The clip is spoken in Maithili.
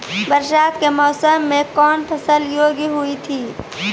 बरसात के मौसम मे कौन फसल योग्य हुई थी?